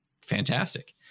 fantastic